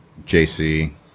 JC